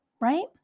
right